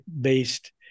based